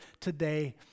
today